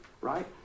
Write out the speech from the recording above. right